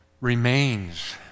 remains